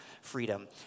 freedom